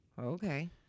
Okay